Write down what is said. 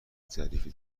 ظریفی